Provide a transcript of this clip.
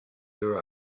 her